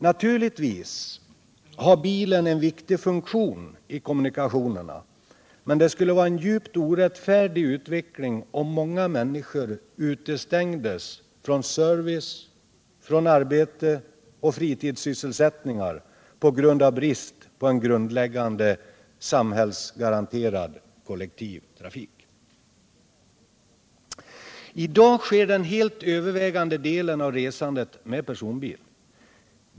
Naturligtvis har bilen en viktig funktion i kommunikationerna, men det skulle vara en djupt orättfärdig utveckling om många människor utestängdes från service, arbete och fritidssysselsättningar på grund av brist på en grundläggande samhällsgaranterad kollektivtrafik. I dag sker den helt övervägande delen av resandet med personbil.